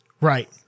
Right